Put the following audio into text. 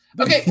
okay